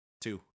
Two